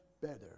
better